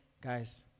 guys